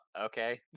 Okay